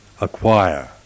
acquire